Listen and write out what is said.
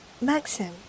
Maxim